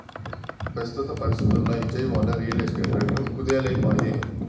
పెస్తుత పరిస్తితుల్ల Vijayawada, real estate రంగం కుదేలై పాయె